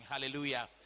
Hallelujah